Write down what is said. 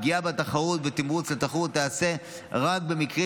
פגיעה בתחרות ובתמרוץ לתחרות תיעשה רק במקרים